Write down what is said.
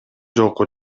жолку